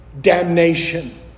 damnation